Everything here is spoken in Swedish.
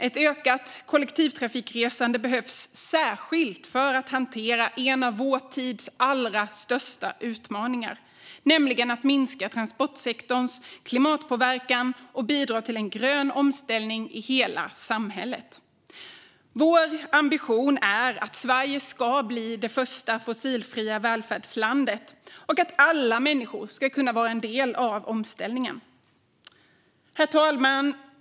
Ett ökat kollektivtrafikresande behövs särskilt för att hantera en av vår tids allra största utmaningar, nämligen att minska transportsektorns klimatpåverkan och bidra till en grön omställning i hela samhället. Vår ambition är att Sverige ska bli det första fossilfria välfärdslandet och att alla människor ska kunna vara en del av omställningen. Herr talman!